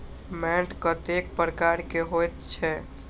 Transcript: मैंट कतेक प्रकार के होयत छै?